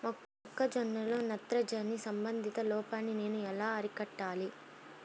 మొక్క జొన్నలో నత్రజని సంబంధిత లోపాన్ని నేను ఎలా అరికట్టాలి?